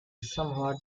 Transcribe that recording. somewhat